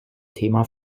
thema